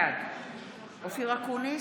בעד אופיר אקוניס,